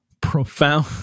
profound